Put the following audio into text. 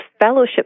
fellowship